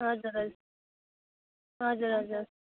हजुर हजुर हजुर हजुर